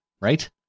right